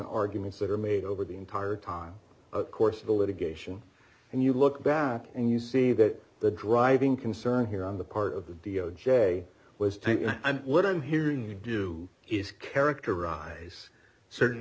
arguments that are made over the entire time of course of the litigation and you look back and you see that the driving concern here on the part of the d o j was taken i'm little i'm hearing you do is characterize certain